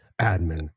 admin